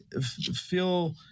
feel